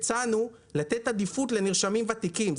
הצענו לתת עדיפות לנרשמים ותיקים.